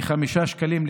מ-5 שקלים,